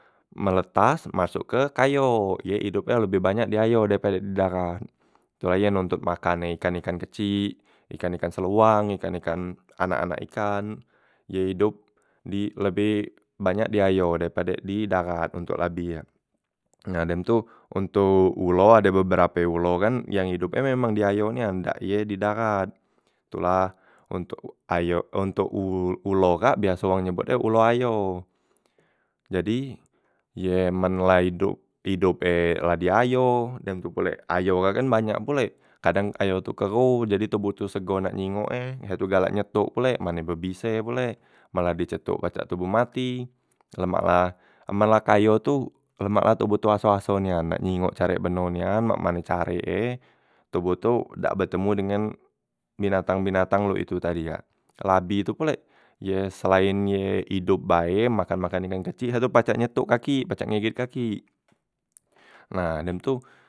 Meletas masok ke ke ayo, ye idopnye lebeh banyak di ayo daripada di darat. Tu la ye nuntut makan ikan- ikan kecik, ikan- ikan seluang, ikan- ikan anak- anak ikan, ye idop di lebeh banyak di ayo daripada di darat ontok labi ye. Nah dem tu ontok ulo ade beberape ulo kan yang idop e memang di ayo nian dak ye di darat. Tu la ontok ayo ontok ul ulo kak biasonyo wong nyebut kak ulo ayo. Jadi ye men la idop idop e la di ayo dem tu pulek ayo kan banyak pulek, kadang ayo tu keroh jadi toboh tu sego nak nyingok e, ye tu galak nyetuk pulek mane bebise pulek, men la dicetuk pacak toboh mati, lemak la amen la ke ayo tu lemak la tu toboh tu aso- aso nian nak nyingok carek beno nian mak mane carek ye toboh tu dak betemu dengen binatang- binatang we itu tadi kak. Labi tu pulek ye selain ye idop bae makan ikan- ikan kecik, ye tu pacak nyetuk kakik pacak gigit kakik, nah dem tu.